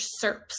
SERPs